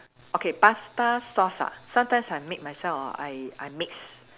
okay pasta sauce ah sometimes I make myself or I I mix